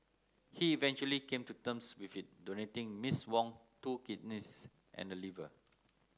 he eventually came to terms with it donating Miss Wong's two kidneys and liver